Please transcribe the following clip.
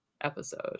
episode